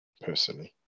personally